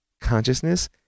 consciousness